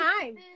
time